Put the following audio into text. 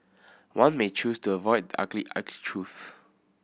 one may choose to avoid ugly ugly truths